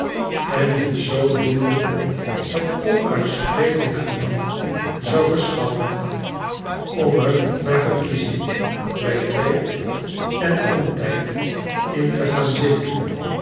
en ons zoodoende het onuitsprekelijk gemak zou verschaffen om er naar verkiezing bij tijd en ontyd in te gaan zitten